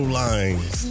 lines